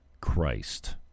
Christ